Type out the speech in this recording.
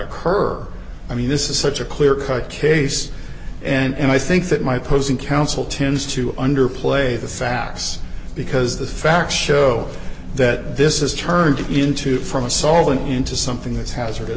occur i mean this is such a clear cut case and i think that my posing counsel tends to under play the facts because the facts show that this has turned into from a solvent into something that's ha